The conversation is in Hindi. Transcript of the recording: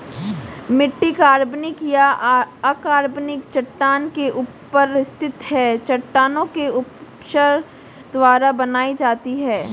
मिट्टी कार्बनिक या अकार्बनिक चट्टान के ऊपर स्थित है चट्टानों के अपक्षय द्वारा बनाई जाती है